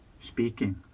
speaking